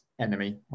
enemy